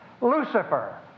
Lucifer